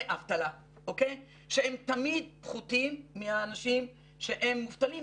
אבטלה שהם תמיד פחותים מהאנשים שהם מובטלים,